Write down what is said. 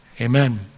Amen